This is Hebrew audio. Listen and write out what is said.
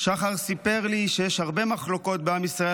שחר סיפר לי שיש הרבה מחלוקות בעם ישראל,